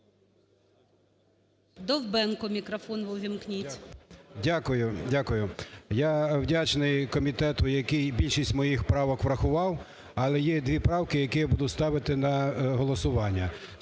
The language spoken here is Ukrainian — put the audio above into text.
Дякую. Я вдячний комітету, який більшість моїх правок врахував, але є дві правки, які я буду ставити на голосування,